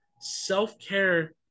Self-care